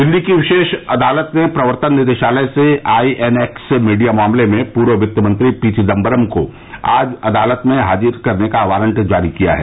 दिल्ली की विशेष अदालत ने प्रवर्तन निदेशालय से आई एन एक्स भीडिया मामले में पूर्व वित्त मंत्री पी विदम्बरम को आज अदालत में हाजिर करने का वॉरंट जारी किया है